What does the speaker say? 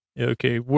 Okay